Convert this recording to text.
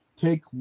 Take